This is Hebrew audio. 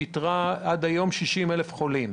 שאיתרה עד היום 60,000 חולים.